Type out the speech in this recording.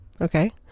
Okay